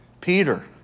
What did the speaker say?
Peter